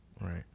Right